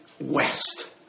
West